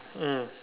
mm